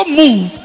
move